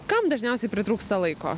kam dažniausiai pritrūksta laiko